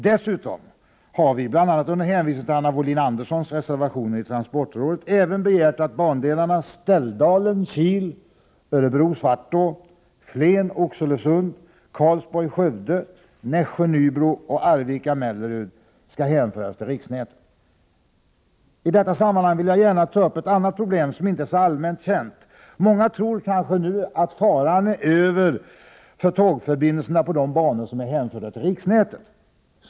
Dessutom har vi, bl.a. med hänvisning till Anna Wohlin-Anderssons reservationer i transportrådet, begärt att bandelarna Ställdalen-Kil, Örebro-Svartå, Flen-Oxelösund, Karlsborg-Skövde, Nässjö-Nybro och Arvika-Mellerud skall hänföras till riksnätet. I detta sammanhang vill jag gärna ta upp ett annat problem som inte är så allmänt känt. Många tror kanske nu att faran är över för tågförbindelserna på de banor som hänförts till riksnätet.